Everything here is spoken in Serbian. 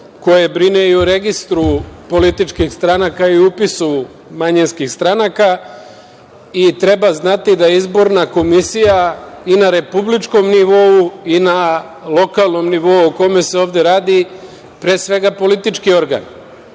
koje brine i o Registru političkih stranaka i upisu manjinskih stranaka i treba znati da je izborna komisija i na republičkom nivou i na lokalnom nivou, o kome se ovde radi, pre svega je politički organ